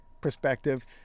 perspective